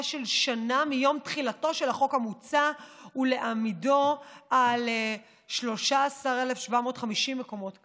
של שנה מיום תחילתו של החוק המוצע ולהעמידו על 13,750 מקומות כליאה.